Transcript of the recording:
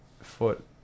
foot